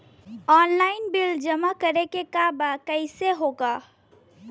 Online bill जमा करे के बा कईसे होगा?